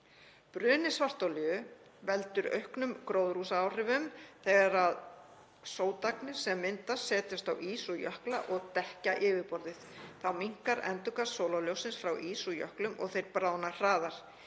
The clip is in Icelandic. Bruni svartolíu veldur auknum gróðurhúsaáhrifum þegar sótagnir sem myndast setjast á ís og jökla og dekkja yfirborðið. Þá minnkar endurkast sólarljóssins frá ís og jöklum og þeir bráðna hraðar.